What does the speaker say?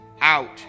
out